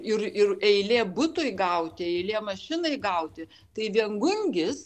ir ir eilė butui gauti eilė mašinai gauti tai viengungis